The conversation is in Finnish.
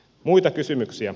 muita kysymyksiä